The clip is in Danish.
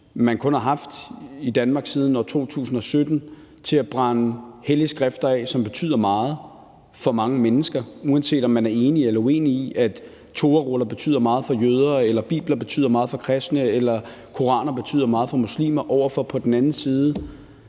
kun har haft i Danmark siden år 2017, til at afbrænde hellige skrifter, som betyder meget for mange mennesker, uanset om man er enig eller uenig i, at toraruller betyder meget for jøder eller bibler betyder meget for kristne eller koraner betyder meget for muslimer, over for på den anden side